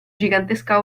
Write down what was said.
gigantesca